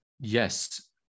Yes